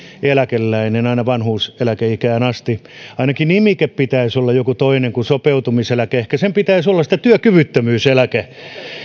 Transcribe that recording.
eläkeläinen aina vanhuuseläkeikään asti ainakin nimike pitäisi olla joku toinen kuin sopeutumiseläke ehkä sen pitäisi olla sitten työkyvyttömyyseläke